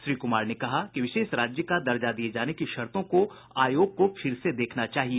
श्री कुमार ने कहा कि विशेष राज्य का दर्जा दिये जाने की शर्तों को आयोग को फिर से देखना चाहिए